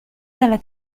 dalla